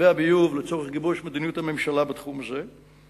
והביוב לצורך גיבוש מדיניות הממשלה בתחום הזה.